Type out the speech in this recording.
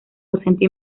docente